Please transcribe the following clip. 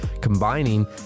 combining